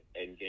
Endgame